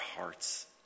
hearts